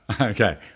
Okay